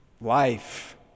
life